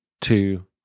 two